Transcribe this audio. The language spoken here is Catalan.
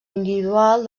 individual